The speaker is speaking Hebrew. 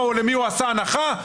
למי הוא עשה הנחה?